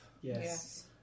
Yes